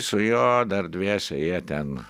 su juo dar dviese jie ten